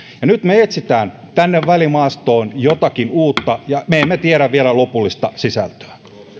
nyt me etsimme tänne välimaastoon jotakin uutta ja me emme tiedä vielä lopullista sisältöä